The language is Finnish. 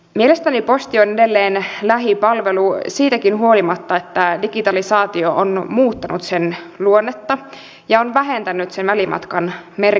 mielestäni posti on edelleen lähipalvelu siitäkin huolimatta että digitalisaatio on muuttanut sen luonnetta ja on vähentänyt välimatkan merkitystä postipalveluissa